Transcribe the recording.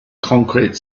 concrete